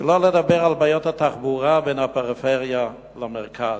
שלא לדבר על בעיות התחבורה בין הפריפריה למרכז.